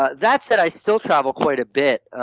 ah that said, i still travel quite a bit.